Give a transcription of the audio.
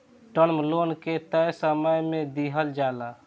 term loan के तय समय में दिहल जाला